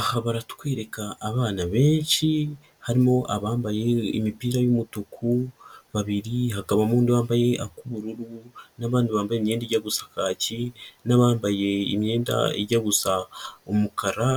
Aha baratwereka abana benshi harimo abambaye imipira y'umutuku babiri, hakabamo undi wambaye ak'ubururu, n'abandi bambaye imyenda ijya gusa kaki n'abambaye imyenda ijya gusa umukara,